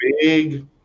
big